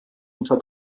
unter